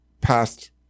past